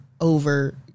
over